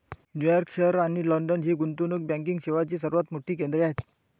New York शहर आणि London ही गुंतवणूक बँकिंग सेवांची सर्वात मोठी केंद्रे आहेत